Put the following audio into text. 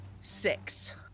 six